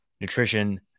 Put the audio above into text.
nutrition